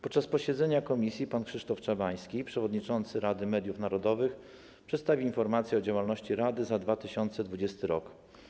Podczas posiedzenia komisji pan Krzysztof Czabański, przewodniczący Rady Mediów Narodowych, przedstawił informację o działalności rady za 2020 r.